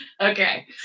Okay